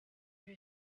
who